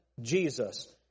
Jesus